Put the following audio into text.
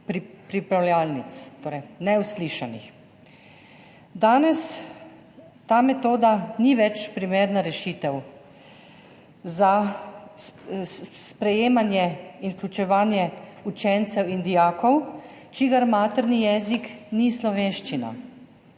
pripravljalnic. Torej neuslišanih. Danes ta metoda ni več primerna rešitev za sprejemanje in vključevanje učencev in dijakov, katerih materni jezik ni slovenščina,